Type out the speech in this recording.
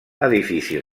edifici